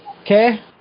Okay